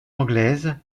anglaise